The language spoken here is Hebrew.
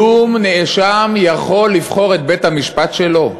כלום נאשם יכול לבחור את בית-המשפט שלו?